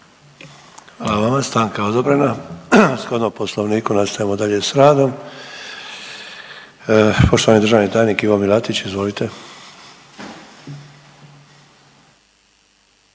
Hvala vam, stanka je odobrena. Shodno poslovnika nastavljamo dalje s radom, poštovani državni tajnik Ivo Milatić, izvolite. **Milatić,